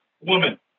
woman